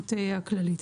מהאלימות הכללית.